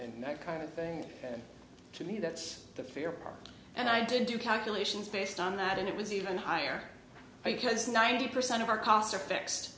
that kind of thing and to me that's the fair part and i did do calculations based on that and it was even higher because ninety percent of our costs are fixed